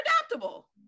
adaptable